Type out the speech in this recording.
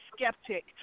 skeptic